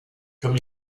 comme